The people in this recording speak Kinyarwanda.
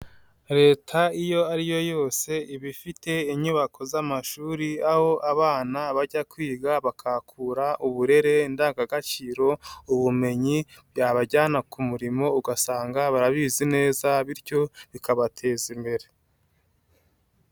Leta iyo ariyo yose iba ifite inyubako z'amashuri aho abana bajya kwiga bakahakura uburere ndangagaciro, ubumenyi bwabajyana ku murimo ugasanga barabizi neza, bityo bikabateza imbere.